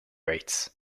rates